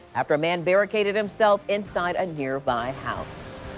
after a man barricaded himself inside a nearby house.